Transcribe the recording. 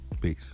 Peace